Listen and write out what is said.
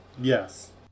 Yes